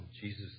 Jesus